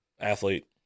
Athlete